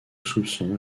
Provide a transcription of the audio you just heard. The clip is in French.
soupçon